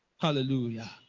Hallelujah